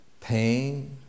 pain